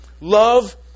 Love